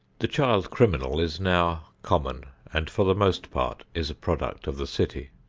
the child criminal is now common, and for the most part is a product of the city.